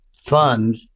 fund